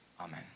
Amen